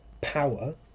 power